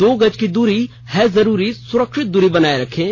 दो गज की दूरी है जरूरी सुरक्षित दूरी बनाए रखें